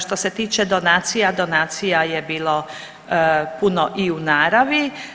Što se tiče donacija, donacija je bilo puno i u naravi.